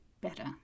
better